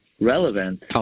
relevant